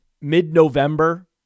mid-November